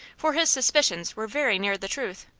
for his suspicions were very near the truth.